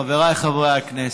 חבריי חברי הכנסת,